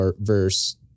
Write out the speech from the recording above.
verse